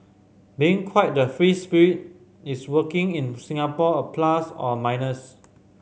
being quite the free spirit is working in Singapore a plus or a minus